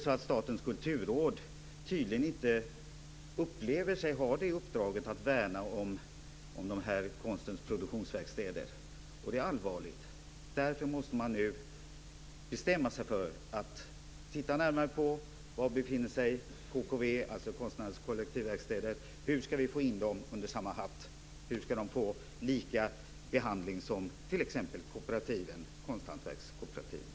Statens kulturråd upplever sig tydligen inte ha uppdraget att värna om konstens produktionsverkstäder. Det är allvarligt. Därför måste man nu bestämma sig för att titta närmare på var KKV, alltså konstnärernas kollektivverkstäder, befinner sig. Hur skall vi få in dem under samma hatt? Hur skall de få lika behandling som t.ex. konsthantverkskooperativen?